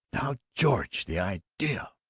now, george! the idea!